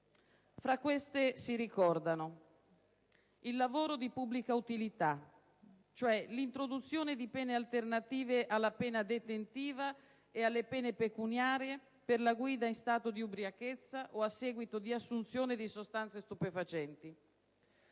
Tra queste si ricorda innanzi tutto il lavoro di pubblica utilità, cioè l'introduzione di pene alternative alla pena detentiva e alle pene pecuniarie per la guida in stato di ubriachezza o a seguito di assunzione di sostanze stupefacenti.